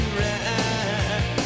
right